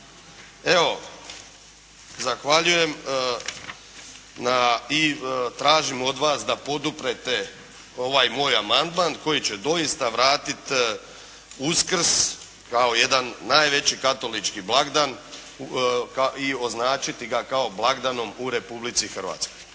Evo, zahvaljujem i tražim od vas da poduprete ovaj moj amandman koji će doista vratiti Uskrs kao jedan najveći katolički blagdan i označiti ga kao blagdanom u Republici Hrvatskoj.